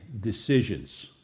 decisions